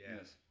yes